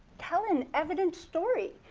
tell an evidence story.